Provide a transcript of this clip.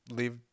leave